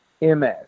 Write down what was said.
MS